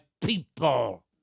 people